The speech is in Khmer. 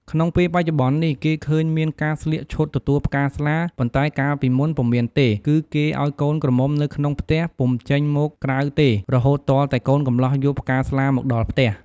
ក្នុងពេលបច្ចុប្បន្ននេះ គេឃើញមានការស្លៀកឈុតទទួលផ្កាស្លា ប៉ុន្តែកាលពីមុនពុំមានទេ គឺគេឲ្យកូនក្រមុំនៅក្នុងផ្ទះ ពុំចេញមកក្រៅទេរហូតទាល់តែកូនកម្លោះយកផ្កាស្លាមកដល់ផ្ទះ។